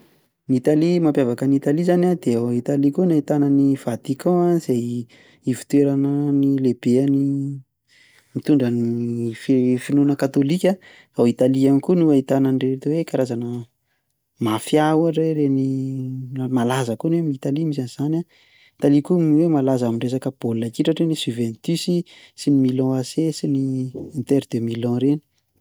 Italia, ny mampiavaka an'i Italia izany an dia ao italy koa no ahitana ny vatican izay ivoteorana lehiben'ny mitondra ny finoana katolika. Ao Italia ihany koa no ahitana an'ireto hoe karazana mafia ohatra hoe reny malaza koa hoe Italia no ahitana an'izany an, Italia koa malaza koa amin'ny resaka baolina kitra satria ny juventus, sy ny Milan Ac sy ny inter de milan ireny.